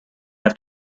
have